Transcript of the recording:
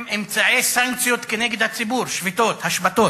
עם אמצעי סנקציות כנגד הציבור, שביתות, השבתות,